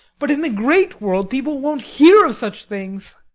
but in the great world people won't hear of such things.